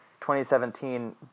2017